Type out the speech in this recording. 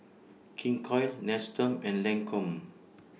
King Koil Nestum and Lancome